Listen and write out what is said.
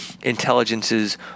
intelligences